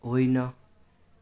होइन